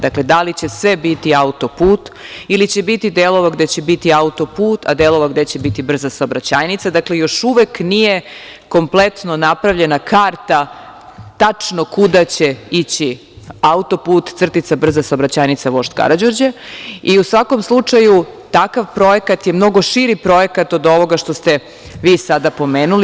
Da li će sve biti auto-put ili će biti delova gde će biti auto-put, a delova gde će biti brza saobraćajnica, dakle još uvek nije kompletno napravljena karta tačno kuda će ići auto-put – brza saobraćajnica „vožd Karađorđe“ i u svakom slučaju takav projekat je mnogo širi projekat od ovoga što ste vi sada pomenuli.